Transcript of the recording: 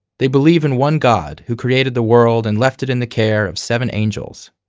they believe in one god who created the world and left it in the care of seven angels.